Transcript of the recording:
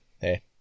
hey